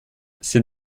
ces